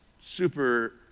super